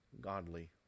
godly